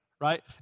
right